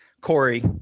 Corey